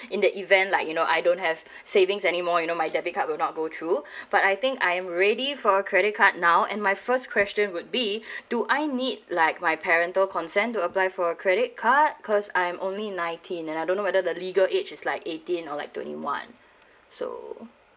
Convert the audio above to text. in the event like you know I don't have savings anymore you know my debit card will not go through but I think I'm ready for credit card now and my first question would be do I need like my parental consent to apply for a credit card because I'm only nineteen and I don't whether the legal age is like eighteen or like twenty one so